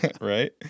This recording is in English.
Right